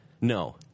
No